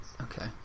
Okay